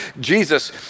Jesus